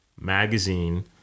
Magazine